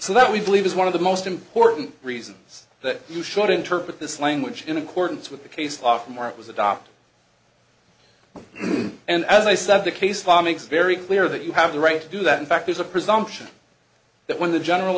so that we believe is one of the most important reasons that you should interpret this language in accordance with the case law from our it was adopted and as i said the case farming sperry clear that you have the right to do that in fact there's a presumption that when the general